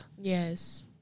Yes